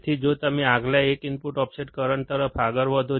તેથી જો તમે આગલા એક ઇનપુટ ઓફસેટ કરંટ તરફ આગળ વધો